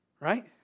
right